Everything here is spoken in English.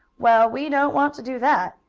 well, we don't want to do that,